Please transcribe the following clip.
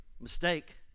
mistake